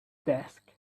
desk